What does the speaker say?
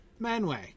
Manway